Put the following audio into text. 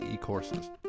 courses